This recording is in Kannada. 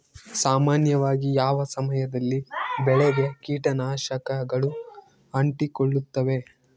ಸಾಮಾನ್ಯವಾಗಿ ಯಾವ ಸಮಯದಲ್ಲಿ ಬೆಳೆಗೆ ಕೇಟನಾಶಕಗಳು ಅಂಟಿಕೊಳ್ಳುತ್ತವೆ?